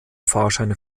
fahrscheine